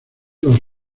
los